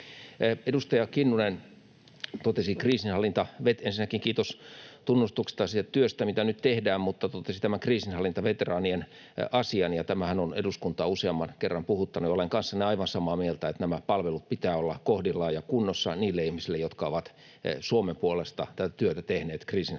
Edustaja Kinnunen — ensinnäkin kiitos tunnustuksesta siitä työstä, mitä nyt tehdään — totesi tämän kriisinhallintaveteraanien asian: Tämähän on eduskuntaa useamman kerran puhuttanut, ja olen kanssanne aivan samaa mieltä, että näiden palveluiden pitää olla kohdillaan ja kunnossa niille ihmisille, jotka ovat Suomen puolesta tätä työtä tehneet kriisinhallintatehtävissä.